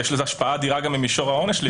ויש לזה גם השפעה אדירה על מישור העונש.